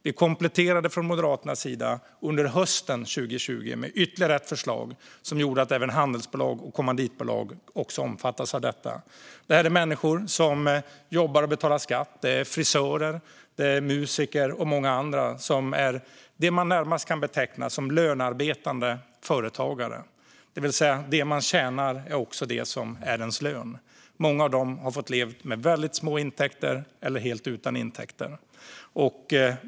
Vi kompletterade från Moderaternas sida under hösten 2020 med ytterligare ett förslag som gjorde att även handelsbolag och kommanditbolag omfattas av detta. Det här handlar om människor som jobbar och betalar skatt. Det är frisörer, musiker och många andra som är det man närmast kan beteckna som lönearbetande företagare, det vill säga det man tjänar är också det som är ens lön. Många av dem har fått leva med väldigt små intäkter eller helt utan intäkter.